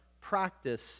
practice